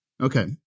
Okay